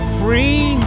free